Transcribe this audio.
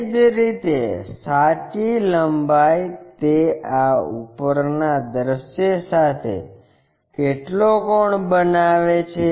એ જ રીતે સાચી લંબાઈ તે આ ઉપરના દૃશ્ય સાથે કેટલો કોણ બનાવે છે